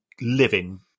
living